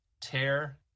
Tear